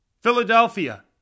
Philadelphia